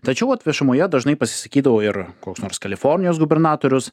tačiau vat viešumoje dažnai pasisakydavo ir koks nors kalifornijos gubernatorius